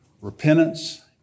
repentance